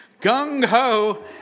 gung-ho